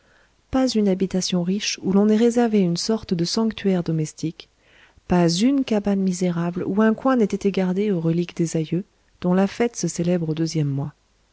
pas une habitation riche où l'on n'ait réservé une sorte de sanctuaire domestique pas une cabane misérable où un coin n'ait été gardé aux reliques des aïeux dont la fête se célèbre au deuxième mois